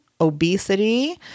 obesity